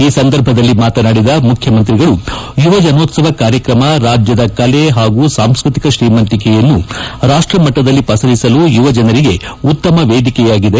ಈ ಸಂದರ್ಭದಲ್ಲಿ ಮಾತನಾಡಿದ ಮುಖ್ಯಮಂತ್ರಿಗಳು ಯುವಜನೋತ್ಸವ ಕಾರ್ಯಕ್ರಮ ರಾಜ್ಯದ ಕಲೆ ಹಾಗೂ ಸಾಂಸ್ಕೃತಿಕ ಶ್ರೀಮಂತಿಕೆಯನ್ನು ರಾಷ್ಟ್ರ ಮಟ್ಟದಲ್ಲಿ ಪಸರಿಸಲು ಯುವಜನರಿಗೆ ಉತ್ತಮ ವೇದಿಕೆಯಾಗಿದೆ